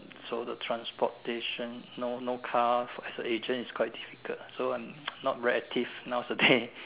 so the transportation no no car as a agent is quite difficult so I'm not very active nowadays